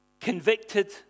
convicted